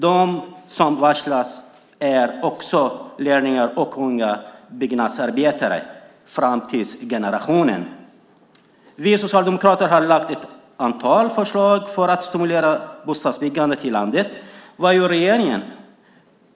De som varslas är också lärlingar och unga byggnadsarbetare, framtidsgenerationen. Vi socialdemokrater har lagt fram ett antal förslag för att stimulera bostadsbyggandet i landet. Vad gör regeringen?